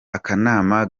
akanama